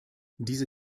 diese